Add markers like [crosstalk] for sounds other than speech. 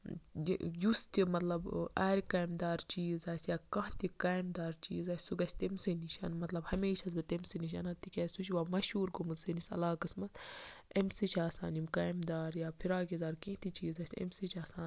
[unintelligible] یُس تہِ مطلب آرِ کامہِ دار چیٖز آسہِ یا کانٛہہ تہِ کامہِ دار چیٖز آسہِ سُہ گَژھِ تٔمۍ سٕے نِش مطلب ہمیش چھَس بہٕ تٔمۍسٕے نِش اَنان تِکیازِ سُہ چھُ یِوان مَشہوٗر گوٚمُت سٲنِس علاقَس منٛز اَمہِ سۭتۍ چھِ آسان یِم کامہِ دار یا فِراک یزار کیٚنٛہہ تہِ چیٖز آسہِ اَمہِ سۭتۍ چھِ آسان